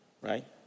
right